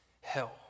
hell